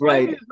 Right